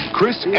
Chris